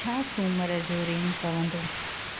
छा सुमरु जो रेन पवंदो